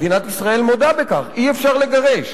מדינת ישראל מודה בכך, אי-אפשר לגרש.